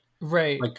Right